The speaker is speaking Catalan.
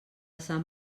sant